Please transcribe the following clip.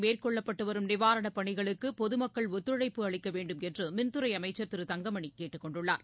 புயல் மேற்கொள்ளப்பட்டுவரும் நிவாரணப் பணிகளுக்குபொதுமக்கள் ஒத்துழைப்பு அளிக்கவேண்டும் என்றுமின்துறைஅமைச்சர் திரு தங்கமணிகேட்டுக்கொண்டுள்ளார்